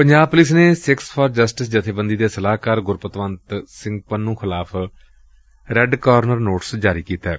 Punjab police ਨੇ Sikhs for justice ਜਥੇਬੰਦੀ ਦੇ ਸਲਾਹਕਾਰ ਗੁਰਪਤਵੰਤ ਸਿੰਘ ਪੰਨੂ ਖਿਲਾਫ਼ ਰੈੱਡ ਕਾਰਨਰ ਨੋਟਿਸ ਜਾਰੀ ਕੀਤੈ